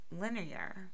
linear